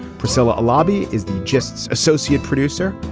priscilla lobby is the justs associate producer.